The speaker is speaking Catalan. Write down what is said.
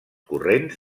corrents